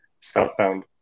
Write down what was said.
Southbound